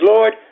Lord